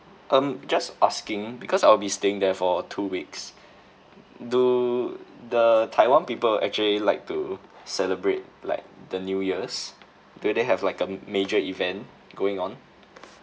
um just asking because I'll be staying there for two weeks do the taiwan people actually like to celebrate like the new year's do they have like a major event going on